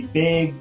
big